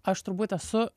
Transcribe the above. aš turbūt esu